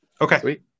Okay